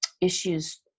issues